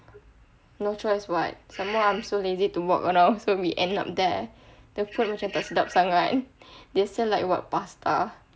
no choice what some more I'm so lazy to walk around so we end up there the food macam tak sedap sangat they serve like what pasta